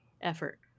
effort